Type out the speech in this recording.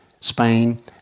Spain